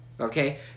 okay